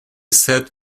said